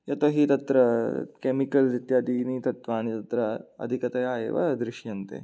यतोहि तत्र केमिकेल् इत्यादिनि तत्त्वानि तत्र अधिकतया एव दृश्यन्ते